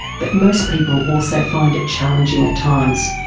but most people also find it challenging at times.